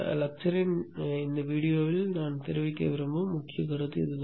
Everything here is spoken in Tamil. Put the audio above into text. விரிவுரையின் இந்த வீடியோவில் நான் தெரிவிக்க விரும்பும் முக்கிய கருத்து இதுதான்